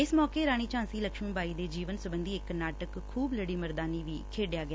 ਇਸ ਮੌਕੇ ਰਾਣੀ ਝਾਂਸੀ ਲੱਛਮੀ ਬਾਈ ਦੇ ਜੀਵਨ ਸਬੰਧੀ ਇਕ ਨਾਟਕ ਖੁਬ ਲੜੀ ਮਰਦਾਨੀ ਵੀ ਖੇਡਿਆ ਗਿਆ